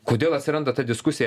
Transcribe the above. kodėl atsiranda ta diskusija